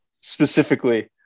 specifically